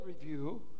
review